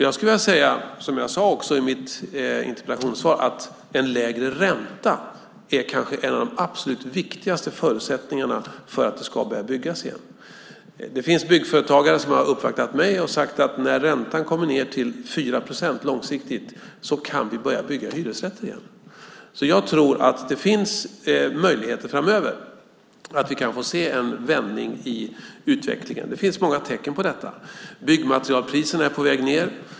Jag skulle vilja säga, som jag också sade i mitt interpellationssvar, att en lägre ränta kanske är en av de absolut viktigaste förutsättningarna för att det ska börja byggas igen. Det finns byggföretagare som har uppvaktat mig och sagt att när räntan kommer ned till 4 procent långsiktigt kan vi börja bygga hyresrätter igen. Jag tror att det finns möjligheter framöver att vi kan få se en vändning i utvecklingen. Det finns många tecken på detta. Byggmaterialpriserna är på väg ned.